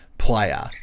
player